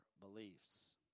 beliefs